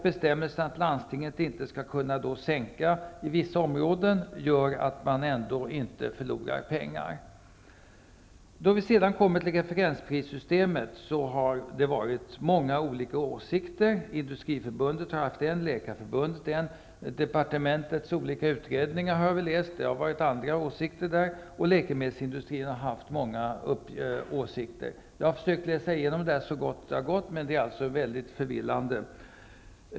Bestämmelsen att landstinget inte skall kunna sänka i vissa områden gör att man ändå inte förlorar pengar. När vi sedan kommer till referensprissystemet har det funnits många olika åsikter. Industriförbundet har haft en åsikt och Läkarförbundet en. Vi har läst departementets olika utredningar. Där har det funnits andra åsikter. Läkemedelsindustrin har också haft många åsikter. Jag har försökt att läsa igenom detta så gott jag har kunnat, men det är mycket förvillande.